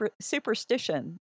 superstition